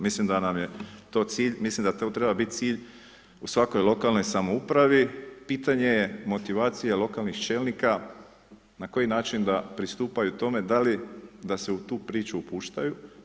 Mislim da nam je to cilj, mislim da to treba biti cilj u svakoj lokalnoj samoupravi, pitanje je motivacije lokalnih čelnika na koji način da pristupaju tome da li da se u tu priču upuštaju.